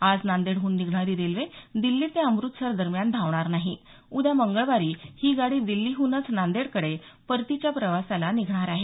आज नांदेडहून निघणारी रेल्वे दिछी ते अमृतसर दरम्यान धावणार नाही उद्या मंगळवारी ही गाडी दिल्लीहूनच नांदेडकडे परतीच्या प्रवासाला निघणार आहे